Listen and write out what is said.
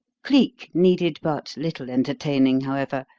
cleek needed but little entertaining, however,